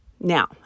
Now